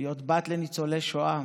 להיות בת לניצולי שואה,